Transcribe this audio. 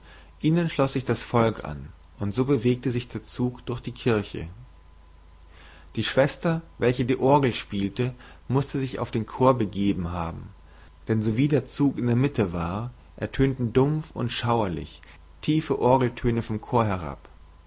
ihnen schloß sich das volk an und so bewegte sich der zug durch die kirche die schwester welche die orgel spielte mußte sich auf den chor begeben haben denn sowie der zug in der mitte der kirche war ertönten dumpf und schauerlich tiefe orgeltöne vom chor herab